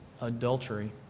adultery